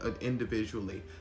individually